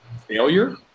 failure